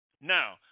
Now